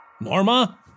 Norma